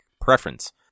preference